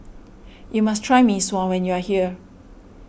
you must try Mee Sua when you are here